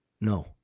no